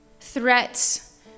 threats